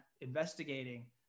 investigating